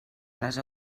les